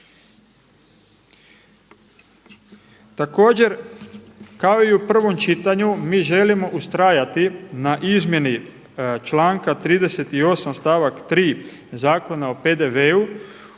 Također kao i u prvom čitanju mi želimo ustrajati na izmjeni članka 76. stavak 8. Zakona o PDV-u